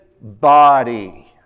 body